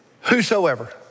whosoever